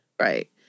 right